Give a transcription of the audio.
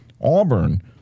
Auburn